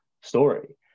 story